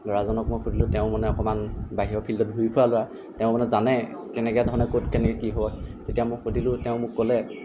ল'ৰাজনক মই সুধিলোঁ তেওঁ মানে অকমান বাহিৰৰ ফিল্ডত ঘূৰি ফুৰা ল'ৰা তেওঁ মানে জানে কেনেকে ধৰণে ক'ত কেনেকে কি হয় হয় তেতিয়া মই সুধিলোঁ তেওঁ মোক ক'লে